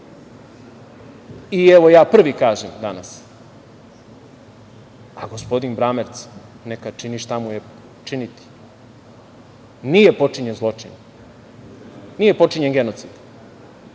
evo, ja prvi kažem danas, a gospodin Bramerc neka čini šta mu je činiti, nije počinjen zločin, nije počinjen genocid,